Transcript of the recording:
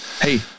Hey